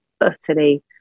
utterly